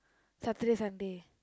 Saturday Sunday